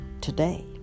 today